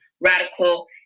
radical